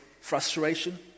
frustration